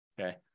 okay